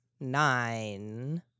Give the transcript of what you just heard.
nine